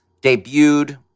debuted